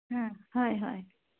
হয় হয়